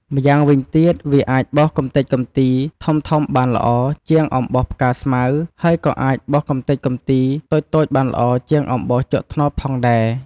ម៉្យាងវិញទៀតវាអាចបោសកម្ទេចកំទីធំៗបានល្អ ជាងអំបោសផ្កាស្មៅ ហើយក៏អាចបោសកម្ទេចកំទីតូចៗបានល្អជាងអំបោសជក់ត្នោតផងដែរ។